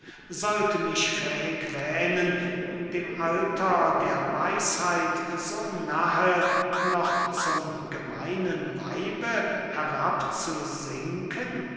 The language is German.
sollte mich fähig wähnen dem alter der weisheit so nahe noch zum gemeinen weibe